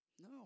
No